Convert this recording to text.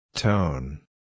Tone